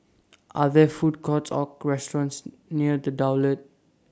Are There Food Courts Or restaurants near The Daulat